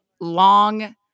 long